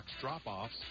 drop-offs